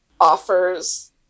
offers